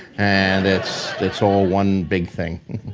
and it's it's all one big thing.